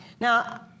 Now